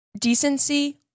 Decency